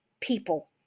people